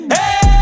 Hey